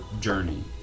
journey